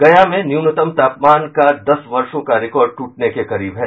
गया में न्यूनतम तापमान का दस वर्षों का रिकॉर्ड ट्टने के करीब है